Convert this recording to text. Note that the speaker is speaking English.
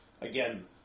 again